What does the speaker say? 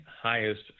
highest